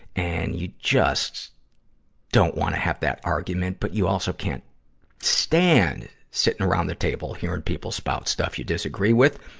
and you just don't wanna have that argument, but you also can't stand sitting around the table hearing people spout stuff you disagree with.